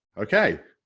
ok,